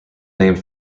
named